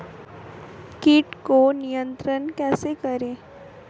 कीट को नियंत्रण कैसे करें?